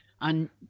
on